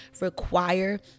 require